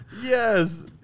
Yes